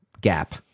gap